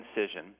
incision